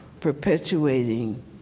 perpetuating